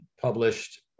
published